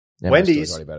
Wendy's